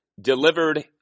delivered